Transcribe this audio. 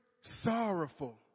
sorrowful